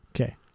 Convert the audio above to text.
Okay